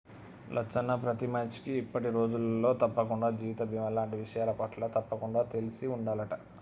లచ్చన్న ప్రతి మనిషికి ఇప్పటి రోజులలో తప్పకుండా జీవిత బీమా లాంటి విషయాలపట్ల తప్పకుండా తెలిసి ఉండాలంట